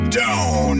down